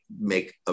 make